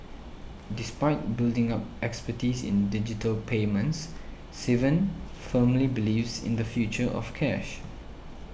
despite building up expertise in digital payments Sivan firmly believes in the future of cash